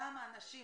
כמה אנשים